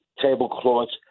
tablecloths